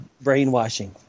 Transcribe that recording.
brainwashing